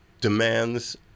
demands